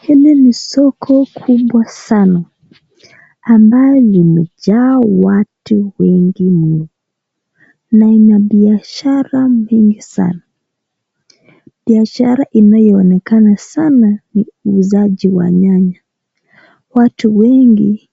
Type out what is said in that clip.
Hili ni soko kubwa sana ambayo limejaa watu wengi mno na ina biashara mingi sana, biashara inayoonekana sana ni uuzaji wa nyanya , watu wengi